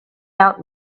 out